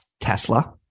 Tesla